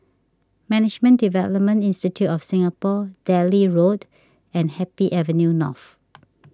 Management Development Institute of Singapore Delhi Road and Happy Avenue North